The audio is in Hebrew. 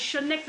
זה קצת שונה.